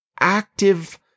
active